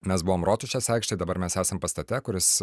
mes buvom rotušės aikštėj dabar mes esam pastate kuris